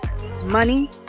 money